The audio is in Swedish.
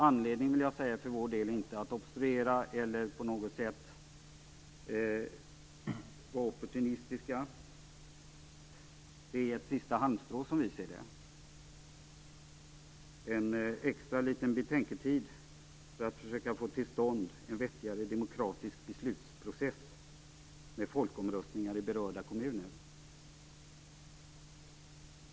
Anledningen för vår del är inte att obstruera eller att på något sätt vara opportunistiska. Det är ett sista halmstrå, som vi ser det. Det är en extra liten betänketid för att försöka få till stånd en vettigare demokratisk beslutsprocess med folkomröstningar i berörda kommuner.